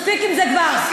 מספיק עם זה כבר.